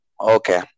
okay